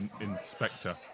inspector